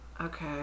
okay